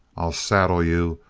i'll saddle you,